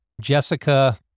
Jessica